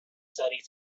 سریع